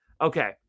Okay